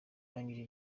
urangije